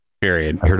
period